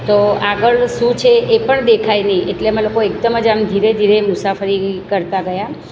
તો આગળ શું છે એ પણ દેખાતી દેખાય નહિ એટલે અમે લોકો એકદમ જ આમ ધીરે ધીરે મુસાફરી કરતા ગયા